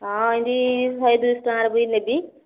ହଁ ଏମିତି ଶହେ ଦୁଇଶହ ଟଙ୍କାର ବି ନେବି